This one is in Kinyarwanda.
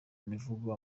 imivugo